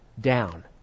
down